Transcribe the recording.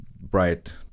bright